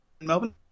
Melbourne